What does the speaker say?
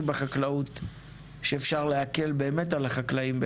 בחקלאות שאפשר להקל באמת על החקלאים,